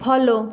follow